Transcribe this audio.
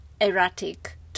erratic